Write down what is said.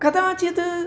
कदाचित्